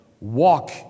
Walk